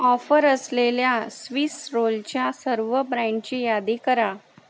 offer असलेल्या Swiss रोलच्या सर्व ब्रँडची यादी करा